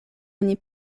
oni